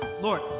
Lord